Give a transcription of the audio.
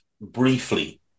briefly